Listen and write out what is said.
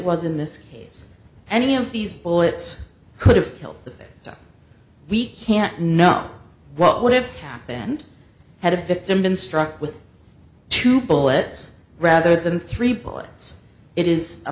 was in this case any of these bullets could have killed the we can't know what would have happened had a victim been struck with two bullets rather than three bullets it is a